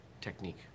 technique